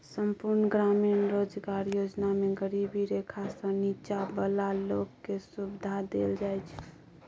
संपुर्ण ग्रामीण रोजगार योजना मे गरीबी रेखासँ नीच्चॉ बला लोक केँ सुबिधा देल जाइ छै